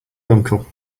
uncle